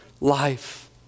life